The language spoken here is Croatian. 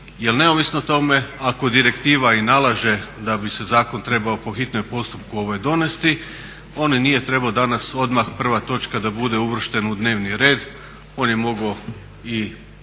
neovisno tome ako direktiva i nalaže da bi se zakon trebao po hitnom postupku donesti on nije trebao danas odmah prva točka da bude uvršten u dnevni red. On je mogao i idući